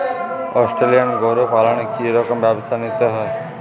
Australian গরু পালনে কি রকম ব্যবস্থা নিতে হয়?